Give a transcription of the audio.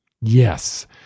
Yes